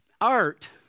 Art